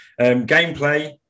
Gameplay